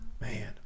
man